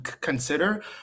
consider